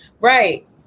right